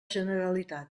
generalitat